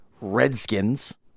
Redskins